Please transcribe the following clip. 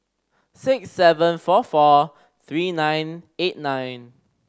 six seven four four three nine eight nine